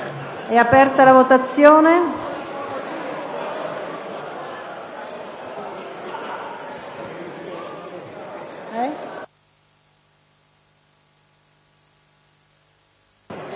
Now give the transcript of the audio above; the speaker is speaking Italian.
aperta la votazione.